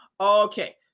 Okay